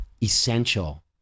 essential